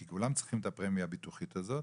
כי כולם צריכים את הפרמיה הביטוחית הזאת.